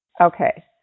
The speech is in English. okay